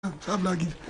אפשר לענות על מה ששאלתי,